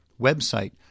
website